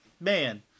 man